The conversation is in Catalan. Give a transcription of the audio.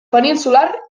peninsular